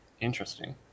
interesting